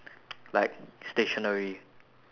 like stationery